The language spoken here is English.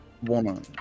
one